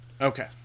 Okay